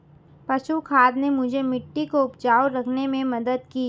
पशु खाद ने मुझे मिट्टी को उपजाऊ रखने में मदद की